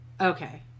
Okay